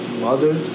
Mother